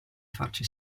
farci